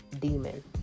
demon